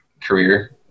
career